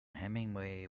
hemingway